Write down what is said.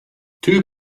two